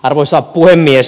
arvoisa puhemies